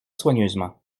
soigneusement